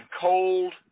cold